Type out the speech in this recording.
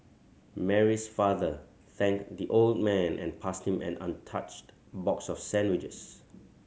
Mary's father thanked the old man and passed him an untouched box of sandwiches